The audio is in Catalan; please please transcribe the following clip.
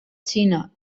xina